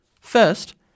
First